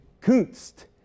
Kunst